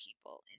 people